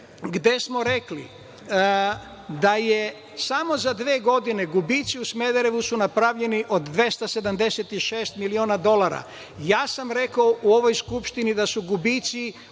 gde smo rekli da su za samo dve godine gubici u Smederevu napravljeni na 286 miliona dolara. Ja sam rekao u ovoj Skupštini da su gubici